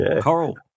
Coral